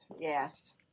Yes